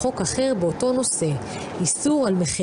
(מוקרן סרטון) הסרטון הזה חושף את הנקודה החשובה ביותר של הדיון וזה,